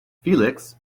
felix